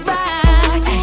rock